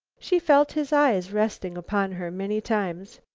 she felt his eyes resting upon her many times.